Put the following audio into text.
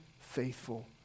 faithful